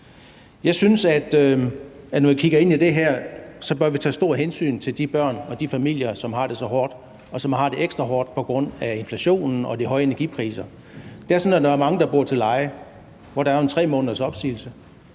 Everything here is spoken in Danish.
Jeg synes, når jeg kigger ind i det her, at vi bør tage et stort hensyn til de børn og de familier, som har det så hårdt, og som har det ekstra hårdt på grund af inflationen og de høje energipriser. Det er sådan, at der er mange, der bor til leje, hvor der er 3 måneders opsigelse,